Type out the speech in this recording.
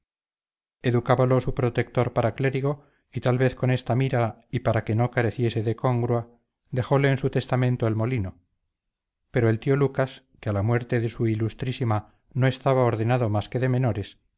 iglesia educábalo su protector para clérigo y tal vez con esta mira y para que no careciese de congrua dejóle en su testamento el molino pero el tío lucas que a la muerte de su ilustrísima no estaba ordenado más que de menores